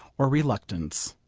or reluctance.